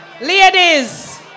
ladies